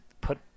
put